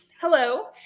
Hello